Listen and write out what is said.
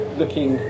looking